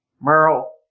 Merle